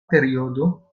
periodo